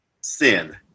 sin